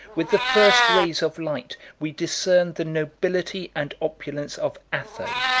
with the first rays of light, we discern the nobility and opulence of atho,